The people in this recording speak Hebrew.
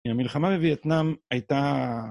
כי המלחמה בווייטנאם הייתה...